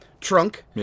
trunk